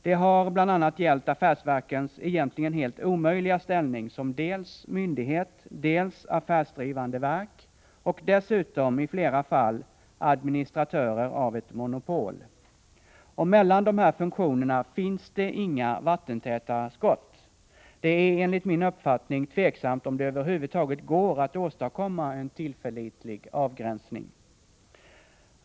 De har bl.a. gällt affärsverkens egentligen helt omöjliga ställning som dels myndighet, dels affärsdrivande verk, dels i flera fall dessutom administratör av ett monopol. Mellan de här funktionerna finns det inga vattentäta skott. Det är enligt min uppfattning tveksamt om det över huvud taget går att åstadkomma en tillförlitlig avgränsning.